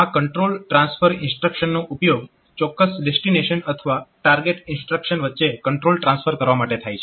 આ control transfer instruction નો ઉપયોગ ચોક્કસ ડેસ્ટીનેશન અથવા ટાર્ગેટ ઇન્સ્ટ્રક્શન વચ્ચે કંટ્રોલ ટ્રાન્સફર કરવા માટે થાય છે